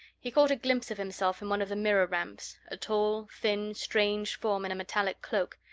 he caught a glimpse of himself in one of the mirror-ramps, a tall thin strange form in a metallic cloak,